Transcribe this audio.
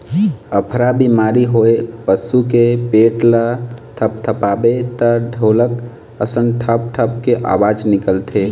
अफरा बेमारी होए पसू के पेट ल थपथपाबे त ढोलक असन ढप ढप के अवाज निकलथे